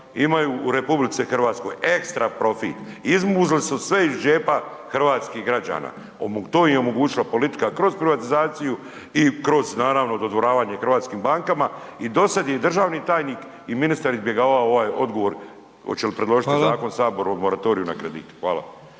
imaju u RH, ekstra profit. Izmuzli su sve iz džepa hrvatskih građana, to im je omogućila politika kroz privatizaciju i naravno kroz dodvoravanje hrvatskim bankama. I do sada je i državni tajnik i ministar izbjegavao ovaj odgovor hoće li predložiti zakon Sabor o moratoriju na kredite. Hvala.